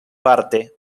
parte